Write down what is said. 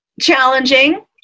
challenging